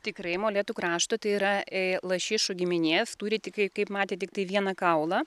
tikrai molėtų krašto tai yra lašišų giminės turi tik kaip matė tiktai vieną kaulą